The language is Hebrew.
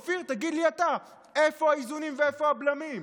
אופיר, תגיד לי אתה, איפה האיזונים ואיפה הבלמים?